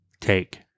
take